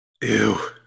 Ew